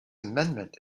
amendment